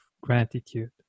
gratitude